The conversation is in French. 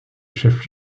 chef